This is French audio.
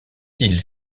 ils